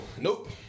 Nope